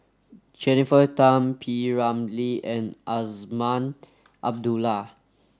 Jennifer Tham P Ramlee and Azman Abdullah